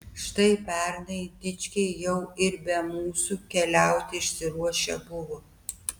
štai pernai dičkiai jau ir be mūsų keliauti išsiruošę buvo